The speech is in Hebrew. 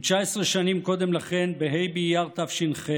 אם 19 שנים קודם לכן, בה' באייר התש"ח,